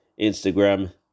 Instagram